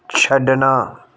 ਛੱਡਣਾ